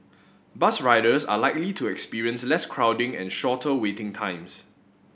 bus riders are likely to experience less crowding and shorter waiting times